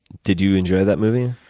did you enjoy that movie?